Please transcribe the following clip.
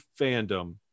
fandom